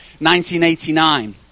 1989